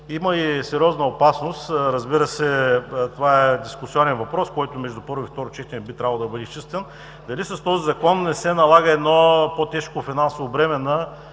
Има и сериозна опасност – разбира се, това е дискусионен въпрос, който между първо и второ четене би трябвало да бъде изчистен. Дали с този Закон не се налага едно по-тежко финансово бреме на